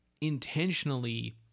intentionally